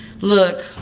look